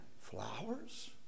flowers